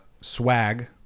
swag